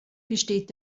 besteht